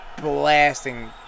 Blasting